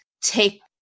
take